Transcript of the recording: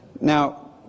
Now